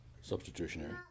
substitutionary